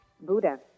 Buddha